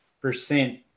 percent